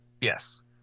Yes